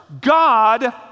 God